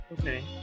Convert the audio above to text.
Okay